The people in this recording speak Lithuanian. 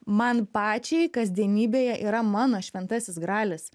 man pačiai kasdienybėje yra mano šventasis gralis